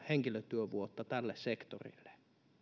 henkilötyövuotta tälle sektorille